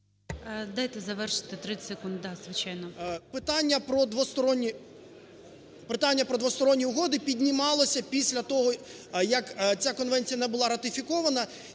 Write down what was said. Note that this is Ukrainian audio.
ПЕТУХОВ С.І. Питання про двосторонні угоди піднімалось після того, як ця конвенція була ратифікована.